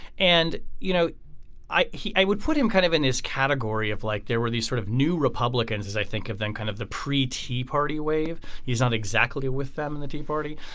and you know i he i would put him kind of in his category of like there were these sort of new republicans as i think of them kind of the pre tea party wave. he's not exactly with them in the tea party.